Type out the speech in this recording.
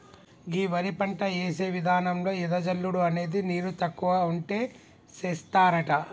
గీ వరి పంట యేసే విధానంలో ఎద జల్లుడు అనేది నీరు తక్కువ ఉంటే సేస్తారట